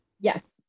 Yes